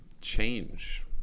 change